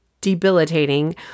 debilitating